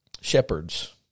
shepherds